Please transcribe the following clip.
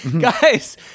Guys